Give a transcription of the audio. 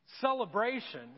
celebration